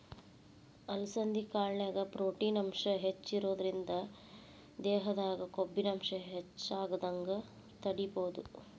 ಅಲಸಂಧಿ ಕಾಳಿನ್ಯಾಗ ಪ್ರೊಟೇನ್ ಅಂಶ ಹೆಚ್ಚಿರೋದ್ರಿಂದ ಇದ್ರಿಂದ ದೇಹದಾಗ ಕೊಬ್ಬಿನಾಂಶ ಹೆಚ್ಚಾಗದಂಗ ತಡೇಬೋದು